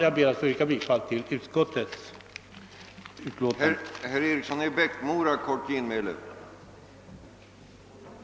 Jag ber att få yrka bifall till utskottets hemställan.